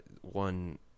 one